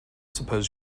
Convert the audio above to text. suppose